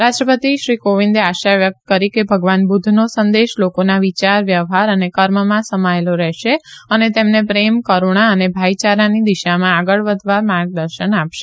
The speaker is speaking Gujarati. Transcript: રાષ્ટ્રપતિ કોવિંદે આશા વ્યક્ત કરી કે ભગવાન બુદ્ધનો સંદેશ લોકોના વિચાર વ્યવહાર અને કર્મમાં સમાયેલો રહેશે અને તેમને પ્રેમ કરૂણ અને ભાઈચારાની દિશામાં આગળ વધવા માર્ગદર્શન આપશે